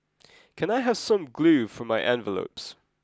can I have some glue for my envelopes